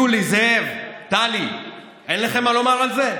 יולי, זאב, טלי, אין לכם מה לומר על זה?